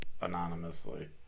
anonymously